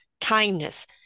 kindness